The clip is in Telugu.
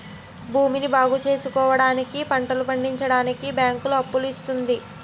భూమిని బాగుచేసుకోవడానికి, పంటలు పండించడానికి బ్యాంకులు అప్పులు ఇస్తుంది